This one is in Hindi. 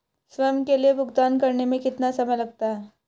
स्वयं के लिए भुगतान करने में कितना समय लगता है?